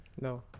No